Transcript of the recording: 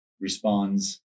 responds